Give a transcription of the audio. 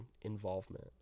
involvement